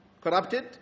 corrupted